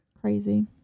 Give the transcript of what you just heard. Crazy